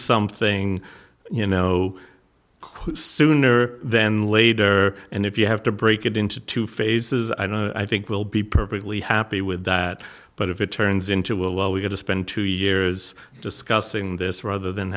something you know clue sooner than later and if you have to break it into two phases i don't i think we'll be perfectly happy with that but if it turns into a well we get to spend two years discussing this rather than